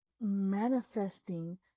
manifesting